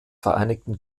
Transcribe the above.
vereinigten